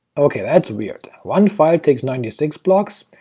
okay, that's weird one file takes ninety six blocks,